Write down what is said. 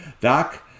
Doc